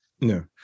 no